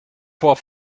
vor